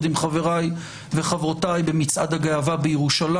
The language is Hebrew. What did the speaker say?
עם חבריי וחברותיי במצעד הגאווה בירושלים.